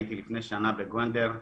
הייתי לפני שנה בגונדר,